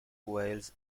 wales